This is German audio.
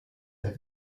der